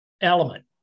element